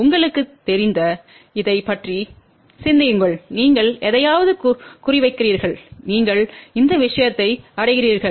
உங்களுக்குத் தெரிந்த இதைப் பற்றி சிந்தியுங்கள் நீங்கள் எதையாவது குறிவைக்கிறீர்கள் நீங்கள் இந்த விஷயத்தை அடைகிறீர்கள்